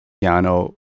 piano